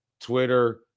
Twitter